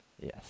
Yes